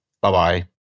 Bye-bye